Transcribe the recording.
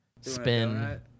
spin